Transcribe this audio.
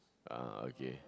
ah okay